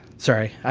sorry,